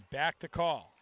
back to call